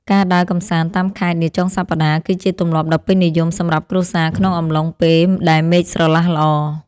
ការដើរកម្សាន្តតាមខេត្តនាចុងសប្តាហ៍ គឺជាទម្លាប់ដ៏ពេញនិយមសម្រាប់គ្រួសារក្នុងអំឡុងពេលដែលមេឃស្រឡះល្អ។